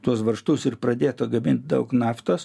tuos varžtus ir pradėto gamint daug naftos